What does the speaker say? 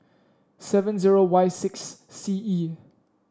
seven zero Y six C E